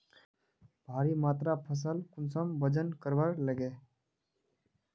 भारी मात्रा फसल कुंसम वजन करवार लगे?